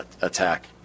attack